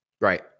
right